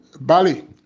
Bali